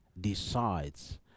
decides